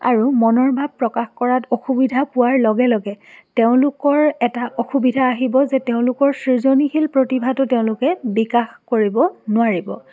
আৰু মনৰ ভাব প্ৰকাশ কৰাত অসুবিধা পোৱাৰ লগে লগে তেওঁলোকৰ এটা অসুবিধা আহিব যে তেওঁলোকৰ সৃজনীশীল প্ৰতিভাটো তেওঁলোকে বিকাশ কৰিব নোৱাৰিব